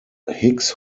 hicks